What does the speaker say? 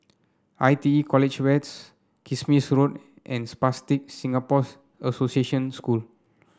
I T E College ways Kismis Road and Spastic Singapore's Association School